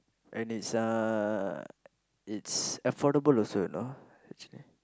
and it's uh it's affordable also you know actually